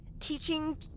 teaching